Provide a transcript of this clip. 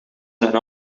zijn